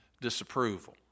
disapproval